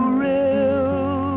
real